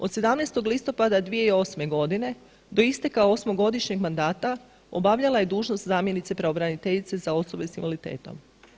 Od 17. listopada 2008. godine do isteka osmogodišnjeg mandata obavljala je dužnost zamjenice pravobraniteljice za osobe s invaliditetom.